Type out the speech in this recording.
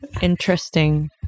Interesting